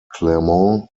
clermont